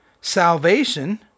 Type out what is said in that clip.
salvation